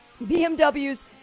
BMW's